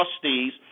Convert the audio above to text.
trustees